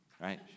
right